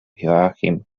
joachim